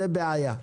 זאת בעיה.